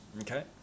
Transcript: Okay